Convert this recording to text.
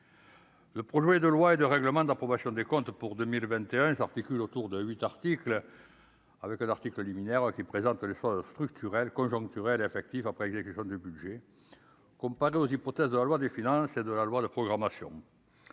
Le projet de loi et de règlements d'approbation des comptes pour 2021 et s'articule autour de 8 articles avec l'article liminaire, qui présente l'effort structurel conjoncturels affectif après l'exécution du budget com aux hypothèses de la loi des finances et de la loi de programmation.